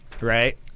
Right